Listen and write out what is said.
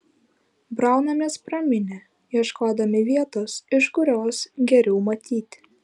braunamės pro minią ieškodami vietos iš kurios geriau matyti